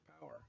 power